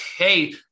okay